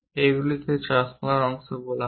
এগুলিকে এই চশমার অংশ বলা হয়